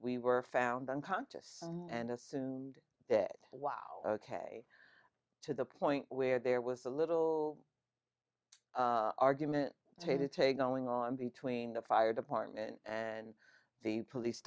we were found unconscious and assumed it was ok to the point where there was a little argument he did say going on between the fire department and the police